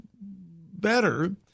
better